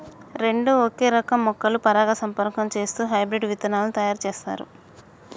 రెండు ఒకే రకం మొక్కలు పరాగసంపర్కం చేస్తూ హైబ్రిడ్ విత్తనాలు తయారు చేస్తారు